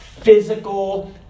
physical